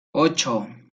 ocho